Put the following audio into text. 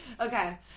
Okay